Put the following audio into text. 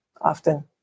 often